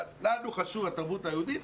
לנו חשוב התרבות היהודית,